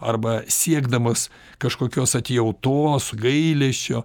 arba siekdamas kažkokios atjautos gailesčio